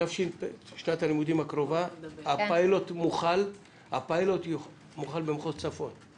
בשנת הלימודים הקרובה, הפיילוט מוכן במחוז צפון.